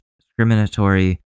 discriminatory